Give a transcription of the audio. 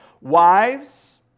Wives